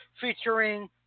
featuring